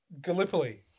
Gallipoli